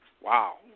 Wow